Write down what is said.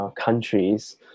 Countries